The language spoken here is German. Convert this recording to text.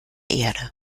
erde